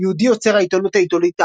יהודי יוצר העתונות ההיתולית הערבית,